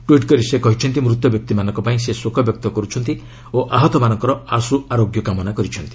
tweet କରି ସେ କହିଛନ୍ତି ମୃତବ୍ୟକ୍ତିମାନଙ୍କ ପାଇଁ ସେ ଶୋକ ବ୍ୟକ୍ତ କରୁଛନ୍ତି ଓ ଆହତମାନଙ୍କର ଆଶୁ ଆରୋଗ୍ୟ କାମନା କରିଛନ୍ତି